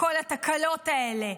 לתיקון כל התקלות הללו,